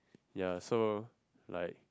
ya so like